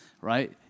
right